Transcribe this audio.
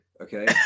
Okay